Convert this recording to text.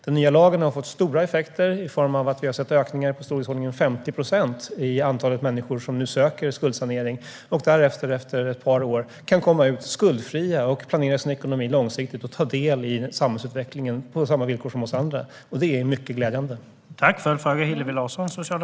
Den nya lagen har fått stora effekter i form av att vi har sett ökningar i storleksordningen 50 procent när det gäller antalet människor som nu söker skuldsanering och efter ett par år kan komma ut skuldfria, planera sin ekonomi långsiktigt och ta del i samhällsutvecklingen på samma villkor som vi andra. Detta är mycket glädjande.